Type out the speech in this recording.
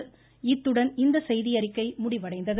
ருருருரு இத்துடன் இந்த செய்தியறிக்கை முடிவடைந்தது